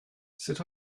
sut